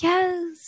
Yes